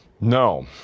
No